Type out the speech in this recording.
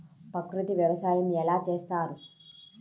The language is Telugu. ప్రకృతి వ్యవసాయం ఎలా చేస్తారు?